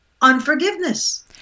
unforgiveness